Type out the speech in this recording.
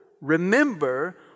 remember